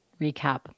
recap